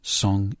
song